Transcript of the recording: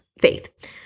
faith